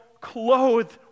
clothed